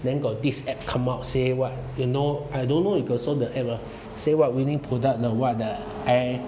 then got this app come out say what you know I don't know you got saw the app or not say what winning product the what the eye